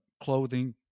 clothing